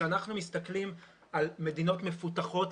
כשאנחנו מסתכלים על מדינות מפותחות,